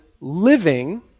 living